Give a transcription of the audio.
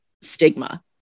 stigma